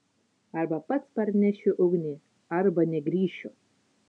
arba pats parnešiu ugnį arba negrįšiu